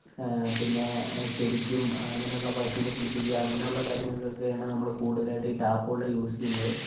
പിന്നെ ചെടിക്കും അങ്ങനെയുള്ള പശുവിനെ കുളിപ്പിക്കുക അങ്ങനെയുള്ള കാര്യങ്ങൾക്കൊക്കെയാണ് നമ്മൾ കൂടുതലായിട്ടും ഈ ടാപ്പ് വെള്ളം യൂസ് ചെയ്യുന്നത്